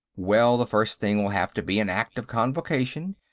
well, the first thing will have to be an act of convocation,